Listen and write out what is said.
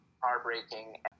heartbreaking